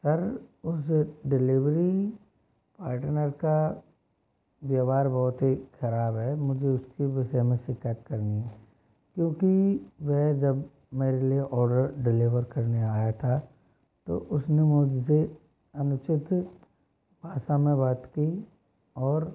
sir उस delivery partner का व्यवहार बहुत ही ख़राब है मुझे उसकी विषय में शिकायत करनी है क्योंकि वह जब मेरे लिए ऑर्डर डिलीवर करने आया था तो उसने मुझसे अनुचित भाषा में बात की और